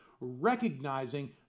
recognizing